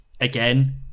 again